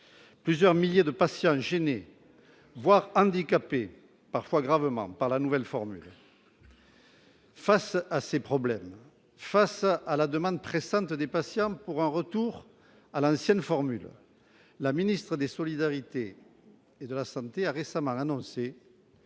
plusieurs milliers de patients gênés, voire handicapés, parfois gravement, par la nouvelle formule. Face à ces problèmes et à la demande pressante des patients pour un retour à l'ancienne formule, la ministre des solidarités et de la santé a récemment annoncé